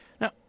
Now